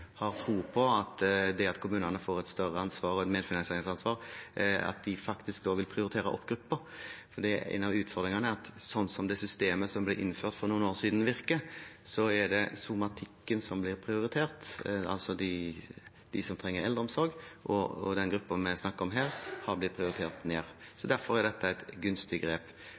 har tro på at det at kommunene får et større ansvar og et medfinansieringsansvar, gjør at de da faktisk vil prioritere opp grupper. For en av utfordringene er at slik det systemet som ble innført for noen år siden, virker, er det somatikken som blir prioritert, altså de som trenger eldreomsorg, og den gruppen vi snakker om her, har blitt prioritert ned. Derfor er dette et gunstig grep.